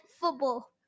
football